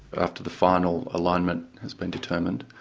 after the final alignment has been determined.